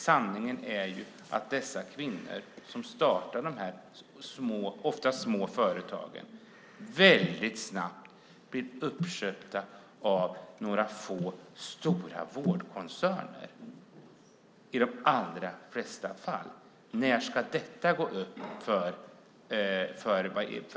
Sanningen är att dessa kvinnor som startar dessa ofta små företag i de allra flesta fall snabbt blir uppköpta av några få stora vårdkoncerner. När ska detta gå upp för